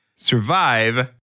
Survive